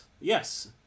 yes